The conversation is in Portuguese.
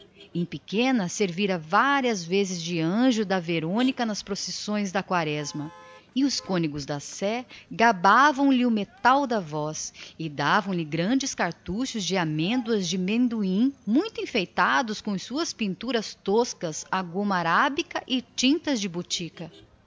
em pequena servira várias vezes de anjo da verônica nas procissões da quaresma e os cônegos da sé gabavam lhe o metal da voz e davam-lhe grandes cartuchos de amêndoas de mendubim muito enfeitados nas suas pinturas toscas e características feitas a goma-arábica e tintas de botica